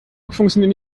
funktionieren